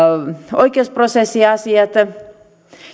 oikeusprosessiasiat